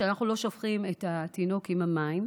שבו אנחנו לא שופכים את התינוק עם המים.